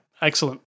Excellent